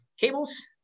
cables